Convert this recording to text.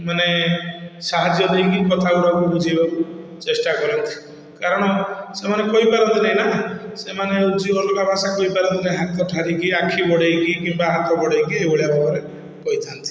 ମାନେ ସାହାଯ୍ୟ ଦେଇକି କଥା ଗୁଡ଼ାକୁ ବୁଝାଇବାକୁ ଚେଷ୍ଟା କରନ୍ତି କାରଣ ସେମାନେ କହି ପାରନ୍ତି ନାହିଁ ନା ସେମାନେ ହଉଛି ଅଲଗା ଭାଷା କହିପାରନ୍ତି ନାହିଁ ହାତ ଠାରିକି ଆଖି ବଢ଼େଇକି କିମ୍ବା ହାତ ବଢ଼େଇକି ଏଇଭଳିଆ ଭାବରେ କହିଥାନ୍ତି